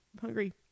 Hungry